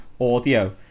audio